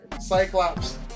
Cyclops